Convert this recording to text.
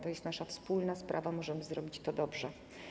To jest nasza wspólna sprawa, możemy zrobić to dobrze.